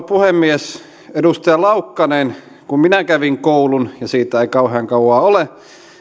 puhemies edustaja laukkanen kun minä kävin koulun ja siitä ei kauhean kauaa ole